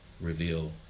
reveal